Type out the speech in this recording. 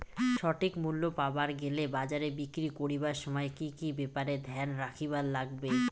সঠিক মূল্য পাবার গেলে বাজারে বিক্রি করিবার সময় কি কি ব্যাপার এ ধ্যান রাখিবার লাগবে?